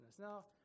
Now